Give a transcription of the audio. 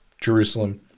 Jerusalem